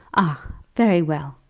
ah very well.